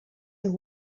and